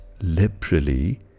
liberally